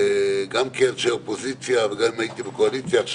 אני מבינה שיכול להיות שהיה דיל בעייתי --- לא,